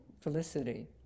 felicity